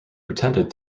pretended